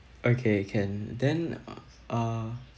okay can then uh uh